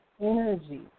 energy